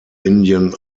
indian